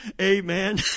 Amen